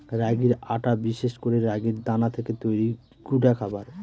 রাগির আটা বিশেষ করে রাগির দানা থেকে তৈরি গুঁডা খাবার